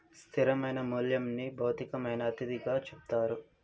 స్థిరమైన మూల్యంని భౌతికమైన అతిథిగా చెప్తారు